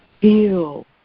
feel